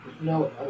No